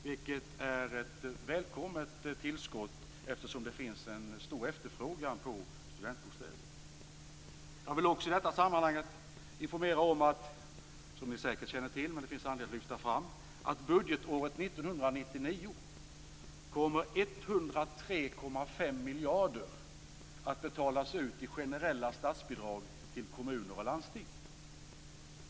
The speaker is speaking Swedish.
Det är ett välkommet tillskott, eftersom det finns en stor efterfrågan på studentbostäder. Jag vill också lyfta fram att budgetåret 1999 kommer, som ni säkert känner till, 103,5 miljarder att betalas ut i generella statsbidrag till kommuner och landsting.